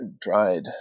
dried